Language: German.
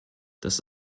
das